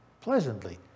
pleasantly